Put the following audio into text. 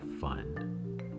fun